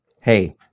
hey